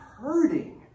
hurting